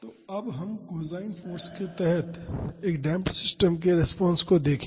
तो अब हम कोसाइन फाॅर्स के तहत एक डेम्प्ड सिस्टम के रिस्पांस को देखें